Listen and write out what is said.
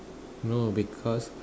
no because